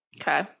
Okay